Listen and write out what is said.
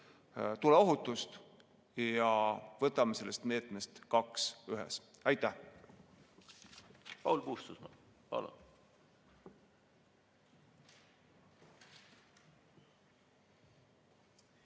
tuleohutust. Võtame sellest meetmest kaks ühes. Aitäh!